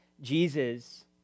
Jesus